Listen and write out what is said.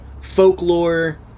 folklore